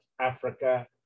Africa